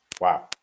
Wow